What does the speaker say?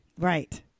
Right